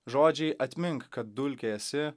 žodžiai atmink kad dulkė esi